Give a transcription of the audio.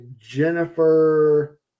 Jennifer